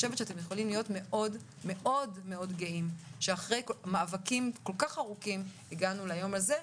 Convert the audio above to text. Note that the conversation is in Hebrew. אתם יכולים להיות גאים מאוד שאחרי מאבקים כל כך ארוכים הגענו ליום הזה.